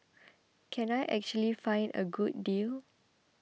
can I actually find a good deal